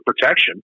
protection